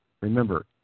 remember